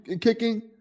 kicking